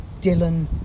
Dylan